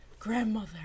grandmother